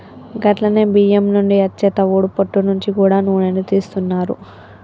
గట్లనే బియ్యం నుండి అచ్చే తవుడు పొట్టు నుంచి గూడా నూనెను తీస్తున్నారు